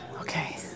Okay